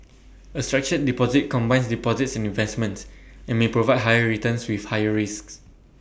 A structured deposit combines deposits and investments and may provide higher returns with higher risks